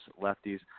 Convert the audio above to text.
lefties